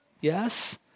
Yes